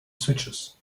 switches